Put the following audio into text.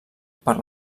per